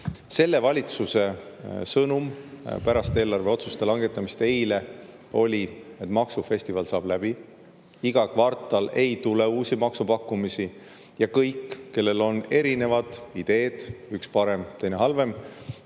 Selle valitsuse sõnum eile pärast eelarveotsuste langetamist oli, et maksufestival saab läbi. Iga kvartal ei tule uusi maksupakkumisi. Ja kõik, kellel on eri ideed, üks parem, teine halvem,